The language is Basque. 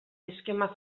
eskema